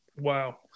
wow